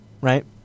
right